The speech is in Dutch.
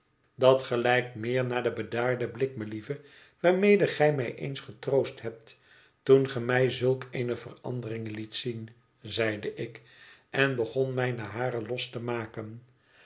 dat gelijkt meer naar den bedaarden blik melieve waarmede gij mij eens getroost hebt toen ge mij zulk eene verandering liet zien zeide ik en begon mijne haren los te maken